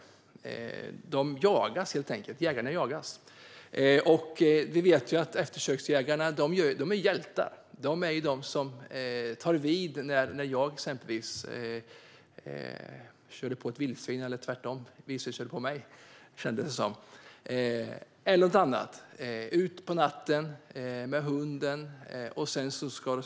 Jägarna jagas, helt enkelt. Vi vet att eftersöksjägarna är hjältar. De är de som tar vid när jag exempelvis körde på ett vildsvin, eller tvärtom: Vildsvinet körde på mig, kändes det som. Eller det kan vara något annat djur. De åker ut på natten med hunden.